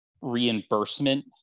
reimbursement